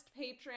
Patreon